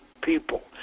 people